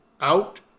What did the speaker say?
Out